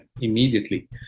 immediately